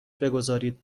بگذارید